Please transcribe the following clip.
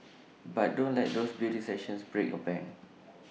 but don't let those beauty sessions break your bank